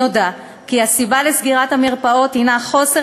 נודע כי הסיבה לסגירת המרפאות היא חוסר